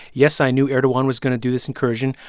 yes, i knew erdogan was going to do this incursion.